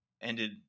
ended